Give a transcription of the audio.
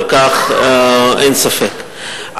על כך אין ספק.